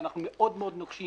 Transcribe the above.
שאנחנו מאוד מאוד נוקשים